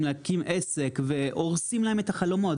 להקים עסק והורסים להם את החלומות.